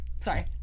sorry